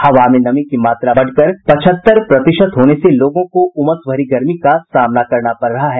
हवा में नमी की मात्रा बढ़कर पचहत्तर प्रतिशत होने से लोगों को उमस भरी गर्मी का सामना करना पड़ रहा है